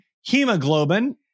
hemoglobin